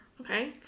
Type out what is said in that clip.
okay